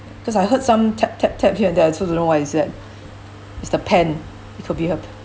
because I heard some tap tap tap here and there I also don't know what is that it's the pen it could be ah